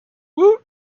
woot